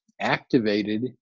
activated